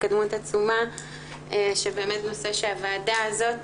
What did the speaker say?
התקדמות עצומה שבאמת נושא שהוועדה הזאת